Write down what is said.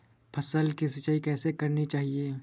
फसल की सिंचाई कैसे करनी चाहिए?